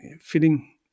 fitting